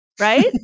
right